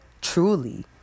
truly